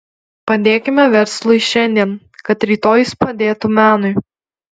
padėkime verslui šiandien kad rytoj jis padėtų menui